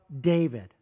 David